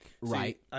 right